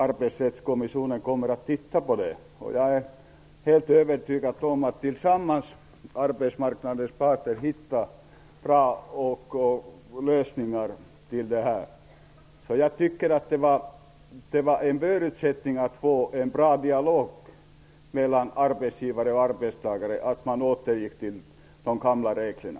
Arbetsrättskommissionen kommer naturligtvis att titta på frågan. Men jag är helt övertygad om att arbetsmarknadens parter tillsammans hittar bra lösningar. En förutsättning för att få en bra dialog mellan arbetsgivare och arbetstagare var att man återgick till de gamla reglerna.